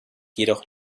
jedoch